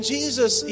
Jesus